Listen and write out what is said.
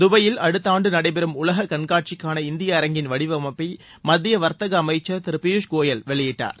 துபாயில் அடுத்த ஆண்டு நடைபெறும் உலக கண்காட்சிக்கான இந்திய அரங்கின் வடிவமைப்பை மத்திய வர்த்தக அமைச்சர் திரு ஃபியூஷ் கோயல் வெளியிட்டார்